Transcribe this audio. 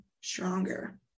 stronger